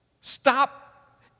Stop